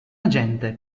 agente